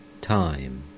time